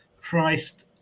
priced